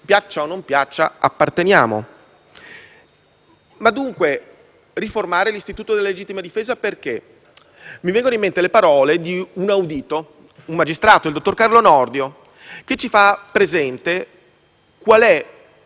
piaccia o non piaccia - apparteniamo. Dunque perché riformare l'istituto della legittima difesa? Mi vengono in mente le parole di un audito, il magistrato Carlo Nordio, che ci fa presente qual è